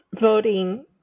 voting